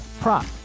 prop